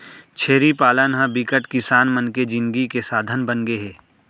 छेरी पालन ह बिकट किसान मन के जिनगी के साधन बनगे हे